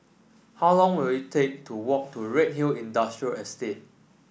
how long will it take to walk to Redhill Industrial Estate